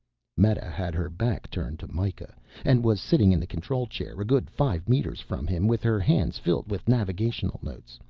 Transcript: meta had her back turned to mikah and was sitting in the control chair a good five meters from him with her hands filled with navigational notes.